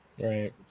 Right